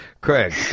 Craig